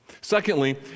Secondly